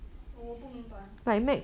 我不明白